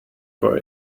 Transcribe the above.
for